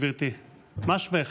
גברתי, מה שמך?